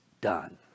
done